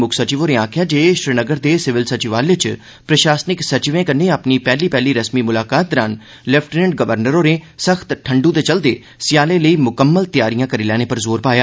मुक्ख सचिव होरें आक्खेआ जे श्रीनगर दे सिविल सचिवालय च प्रशासनिक सचिवें कन्नै अपनी पैहली रस्मी मुलाकात दरान लैपिटनेंट गवर्नर होरें सख्त ठंडू दे चलदे स्याले लेई मुक्कमल तैआरियां करी लैने पर जोर पाया